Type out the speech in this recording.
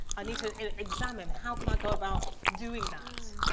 i need to examine, how can i go about doing that?